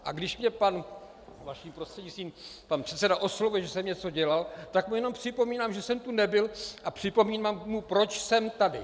A když mě pan, vaším prostřednictvím, pan předseda oslovuje, že jsem něco dělal, tak mu jenom připomínám, že jsem tu nebyl, a připomínám mu, proč jsem tady.